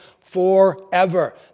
forever